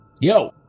Yo